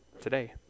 today